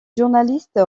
journalistes